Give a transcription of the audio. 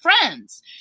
friends